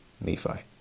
Nephi